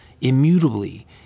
immutably